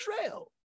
Israel